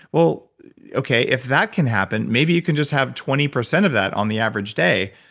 well okay, if that can happen, maybe you can just have twenty percent of that on the average day.